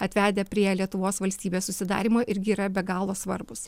atvedę prie lietuvos valstybės susidarymo irgi yra be galo svarbūs